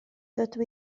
dydw